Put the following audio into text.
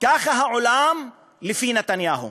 זה העולם לפי נתניהו.